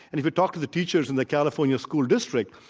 and if you talk to the teachers in the california school district,